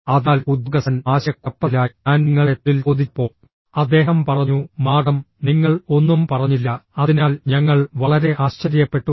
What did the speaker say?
അതിനാൽ ഉദ്യോഗസ്ഥൻ ആശയക്കുഴപ്പത്തിലായി ഞാൻ നിങ്ങളുടെ തൊഴിൽ ചോദിച്ചപ്പോൾ അദ്ദേഹം പറഞ്ഞു മാഡം നിങ്ങൾ ഒന്നും പറഞ്ഞില്ല അതിനാൽ ഞങ്ങൾ വളരെ ആശ്ചര്യപ്പെട്ടു